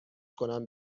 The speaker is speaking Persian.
کنم